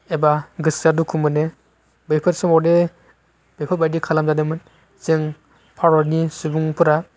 एबा गोसोआ दुखु मोनो बैफोर समावनो बैफोरबादि खालामजादोंमोन जों भारतनि सुबुंफोरा